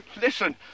Listen